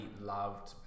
loved